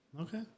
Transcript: Okay